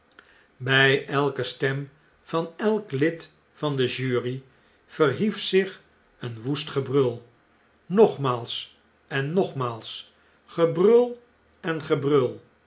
by elke stem van elk lid van de jury verhief zich een woest gebrul nogmaals en nogmaals gebrul en gebrul